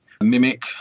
Mimic